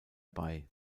bei